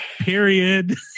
Period